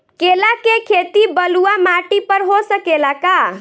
केला के खेती बलुआ माटी पर हो सकेला का?